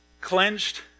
Clenched